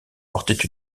portaient